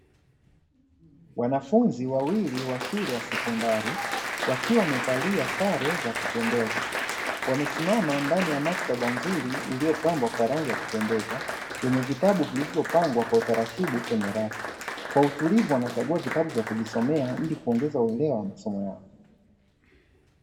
Wanafunzi wawili wa shule ya sekondari wakiwa wamevalia sare za kupendeza, wamesimama ndani ya maktaba nzuri iliyopambwa kwa rangi ya kupendeza yenye vitabu vilivyopangwa kwa utaratibu kwenye rafu. Kwa utulivu wanachagua vitabu vya kujisomea ili kuongeza uelewa wa masomo yao.